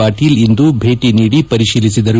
ಪಾಟೀಲ್ ಇಂದು ಭೇಟಿ ನೀಡಿ ಪರಿಶೀಲಿಸಿದರು